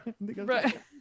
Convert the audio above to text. right